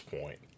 point